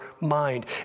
mind